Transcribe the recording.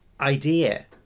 idea